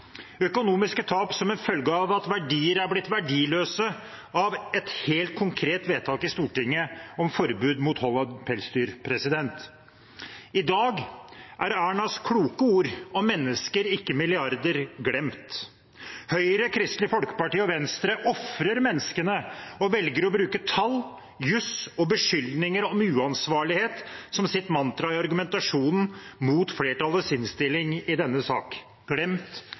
økonomiske tap som har kommet som en følge av at verdier har blitt verdiløse som følge av et helt konkret vedtak i Stortinget om forbud mot hold av pelsdyr. I dag er Ernas kloke ord om «mennesker, ikke milliarder» glemt. Høyre, Kristelig Folkeparti og Venstre ofrer menneskene og velger å bruke tall, juss og beskyldninger om uansvarlighet som sitt mantra i argumentasjonen mot flertallets innstilling i denne saken. Glemt